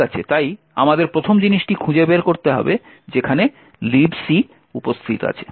ঠিক আছে তাই আমাদের প্রথম জিনিসটি খুঁজে বের করতে হবে যেখানে Libc উপস্থিত আছে